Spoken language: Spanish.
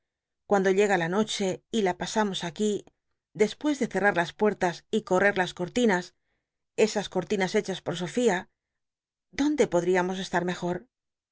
cuando llega la noche y ht pasamos aqui des pues de certat las puertas y co rtcr las cortinas esas cortinas hechas por sofia dónde pod ríamos estar mejor